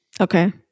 Okay